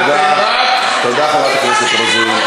תודה, חברת הכנסת רוזין.